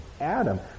Adam